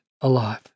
alive